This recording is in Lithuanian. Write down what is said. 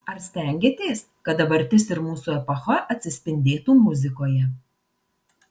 ar stengiatės kad dabartis ir mūsų epocha atsispindėtų muzikoje